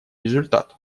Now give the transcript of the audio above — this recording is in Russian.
результат